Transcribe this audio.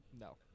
no